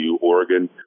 Oregon